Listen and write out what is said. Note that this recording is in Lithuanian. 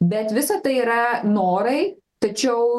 bet visa tai yra norai tačiau